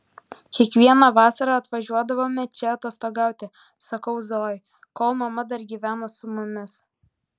kiekvieną vasarą atvažiuodavome čia atostogauti sakau zojai kol mama dar gyveno su mumis